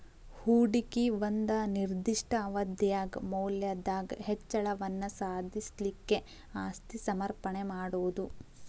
ಹೂಡಿಕಿ ಒಂದ ನಿರ್ದಿಷ್ಟ ಅವಧ್ಯಾಗ್ ಮೌಲ್ಯದಾಗ್ ಹೆಚ್ಚಳವನ್ನ ಸಾಧಿಸ್ಲಿಕ್ಕೆ ಆಸ್ತಿ ಸಮರ್ಪಣೆ ಮಾಡೊದು